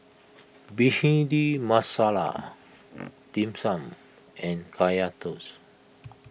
Bhindi Masala Dim Sum and Kaya Toast